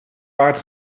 baard